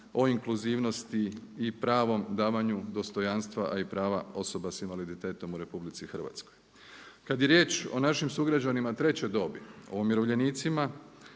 o inkluzivnosti i pravom davanju dostojanstva a i prava osoba s invaliditetom u RH. Kad je riječ o našim sugrađanima treće dobi, o umirovljenicima